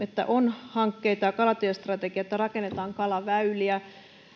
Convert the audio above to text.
että on hankkeita ja kalatiestrategia että rakennetaan kalaväyliä